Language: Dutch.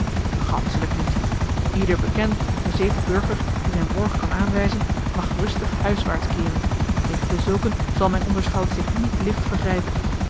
ganschelijk niet ieder bekend en gezeten burger die zijn borg kan aanwijzen mag rustig huiswaarts keeren tegen dezulken zal mijn onderschout zich niet licht vergrijpen